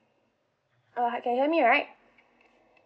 uh can hear me right